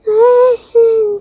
listen